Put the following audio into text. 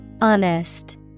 Honest